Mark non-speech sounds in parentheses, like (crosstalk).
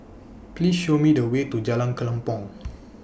(noise) Please Show Me The Way to Jalan Kelempong